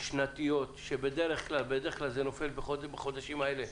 שנתיות שבדרך כלל זה נופל בחודשים האלה,